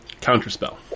Counterspell